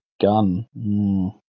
gun